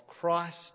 Christ